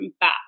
back